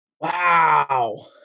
Wow